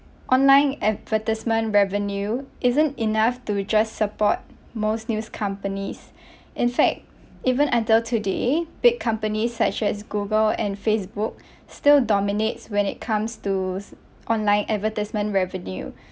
online advertisement revenue isn't enough to just support most news companies in fact even until today big companies such as Google and Facebook still dominates when it comes to online advertisement revenue